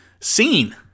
seen